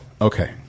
Okay